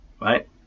right